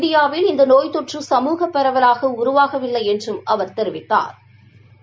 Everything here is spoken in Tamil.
இந்தியாவில் இந்த நோய் தொற்று சமூக பரவலாக உருவாகவில்லை என்றும் தெரிவித்தாா்